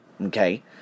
okay